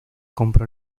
compró